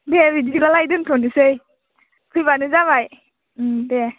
दे बिदिबालाय दोन्थ'नोसै फैबानो जाबाय देह